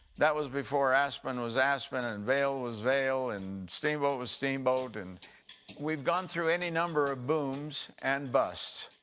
that was before aspen was aspen and vail was vail and steamboat was steamboat. and we've gone through any number of booms and busts.